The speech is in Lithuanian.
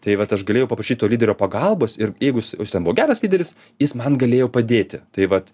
tai vat aš galėjau paprašyt to lyderio pagalbos ir jeigu jis o jis ten buvo geras lyderis jis man galėjo padėti tai vat